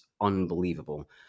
unbelievable